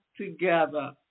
together